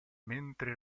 mentre